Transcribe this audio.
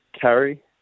carry